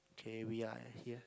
okay we are at here